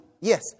Yes